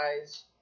guys